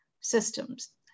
systems